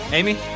Amy